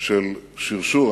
של שרשור.